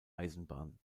eisenbahn